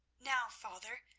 now, father,